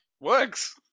Works